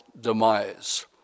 demise